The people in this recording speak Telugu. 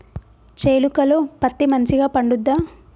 చేలుక లో పత్తి మంచిగా పండుద్దా?